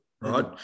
right